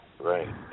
Right